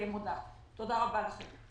תודה רבה לכם.